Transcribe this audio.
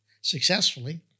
successfully